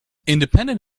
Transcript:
independent